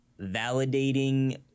validating